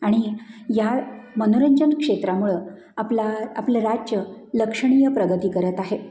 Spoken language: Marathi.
आणि या मनोरंजन क्षेत्रामुळं आपला आपलं राज्य लक्षणीय प्रगती करत आहे